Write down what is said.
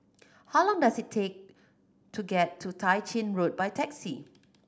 how long does it take to get to Tah Ching Road by taxi